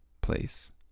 place